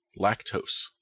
lactose